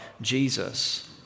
Jesus